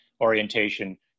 orientation